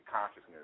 consciousness